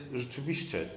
rzeczywiście